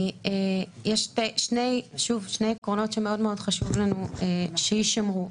יש שני עקרונות שמאוד מאוד חשוב לנו שישמרו.